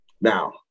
Now